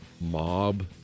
mob